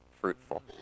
fruitful